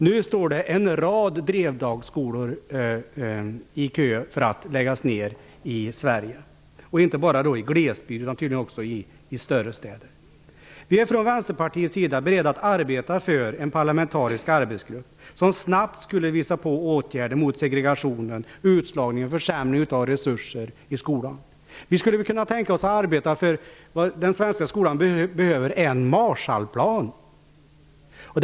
Nu står det en rad Drevdagsskolor i kö för att läggas ned i Sverige -- inte bara i glesbygd, utan tydligen också i större städer. Vi är från Vänsterpartiets sida beredda att arbeta för en parlamentarisk arbetsgrupp som snabbt skulle visa på åtgärder mot segregationen, utslagningen och försämringen av resurser i skolan. Vad den svenska skolan behöver är en Marshallplan. Det skulle vi kunna tänka oss att arbeta för.